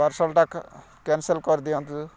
ପାର୍ସଲ୍ଟା cancel କରିଦିଅନ୍ତୁ